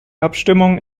abstimmung